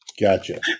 Gotcha